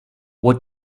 what